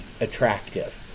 attractive